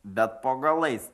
bet po galais